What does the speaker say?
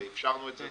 הרי אפשרנו את זה.